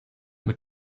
mit